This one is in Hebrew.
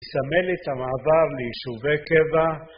לסמל את המעבר לישובי קבע